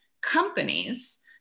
companies